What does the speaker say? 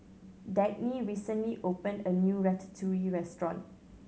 Dagny recently opened a new Ratatouille Restaurant